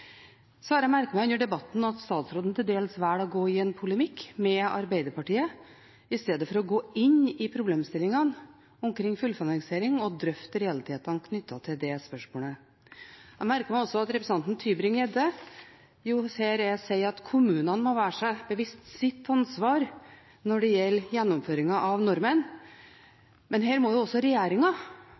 Så har jeg merket meg under debatten at statsråden til dels velger å gå i en polemikk med Arbeiderpartiet i stedet for å gå inn i problemstillingene omkring fullfinansiering og drøfte realitetene knyttet til det spørsmålet. Jeg merker meg også at representanten Tybring-Gjedde her sier at kommunene må være seg sitt ansvar bevisst når det gjelder gjennomføringen av normen. Her må også